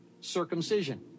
circumcision